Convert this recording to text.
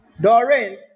Doreen